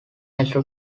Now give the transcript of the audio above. extra